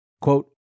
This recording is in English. Quote